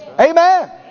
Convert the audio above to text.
Amen